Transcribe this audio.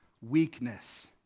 weakness